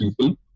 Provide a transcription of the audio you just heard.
people